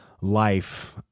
life